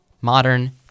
modern